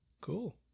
Cool